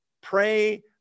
Pray